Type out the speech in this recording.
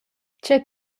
tgei